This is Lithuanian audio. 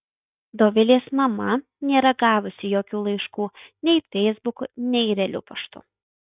dovilės mama nėra gavusi jokių laiškų nei feisbuku nei realiu paštu